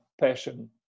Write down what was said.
passion